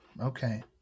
okay